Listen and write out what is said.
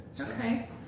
okay